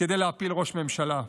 כדי להפיל ראש ממשלה.